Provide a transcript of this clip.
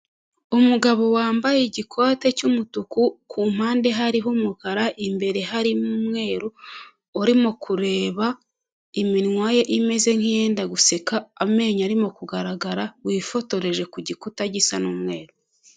Umugabo wambaye igikote cy'umutuku, ku mpande hariho umukara, imbere hari umweru, urimo kureba iminwa ye imeze nk'iyenda guseka, amenyo arimo kugaragara, wifotoreje ku gikuta gisa n'umweru.